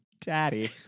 daddy